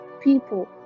people